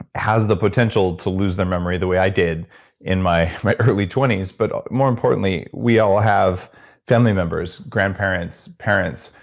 has the potential to lose their memory the way i did in my my early twenty s. but more importantly we all have family members, grandparents, parents,